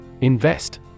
Invest